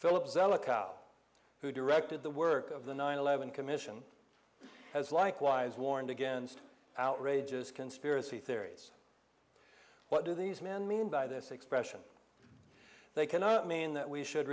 philip zelikow who directed the work of the nine eleven commission has likewise warned against outrageous conspiracy theories what do these men mean by this expression they cannot mean that we should